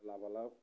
লাভালাভ